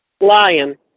Lion